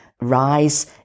rise